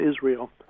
Israel